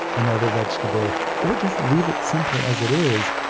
another vegetable, or just leave it simply as it is.